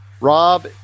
Rob